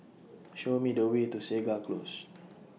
Show Me The Way to Segar Close